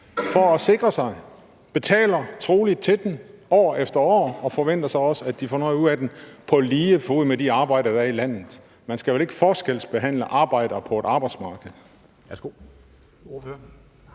for at sikre sig. De betaler troligt til den år efter år og forventer så også, at de får noget ud af den på lige fod med de arbejdere, der er i landet. Man skal vel ikke forskelsbehandle arbejdere på et arbejdsmarked.